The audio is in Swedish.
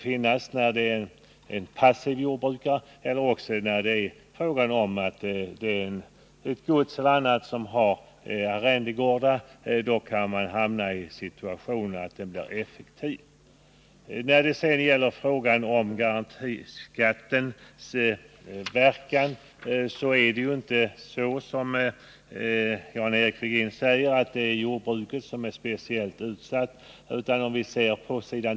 När det däremot gäller passiva jordbrukare eller gods eller liknande som har arrendegårdar kan man hamna i situationen att garantibeskattningen ger effekt. När det sedan gäller frågan om garantiskattens verkan är det inte så, som Jan-Eric Virgin säger, att jordbruket är speciellt utsatt. På s.